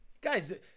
Guys